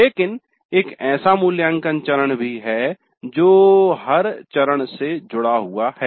लेकिन एक ऐसा मूल्यांकन चरण भी है जो हर चरण से जुड़ा हुआ है